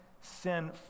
sin